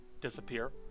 disappear